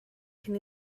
cyn